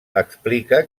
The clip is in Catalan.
explica